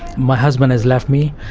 my husband has left me,